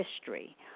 history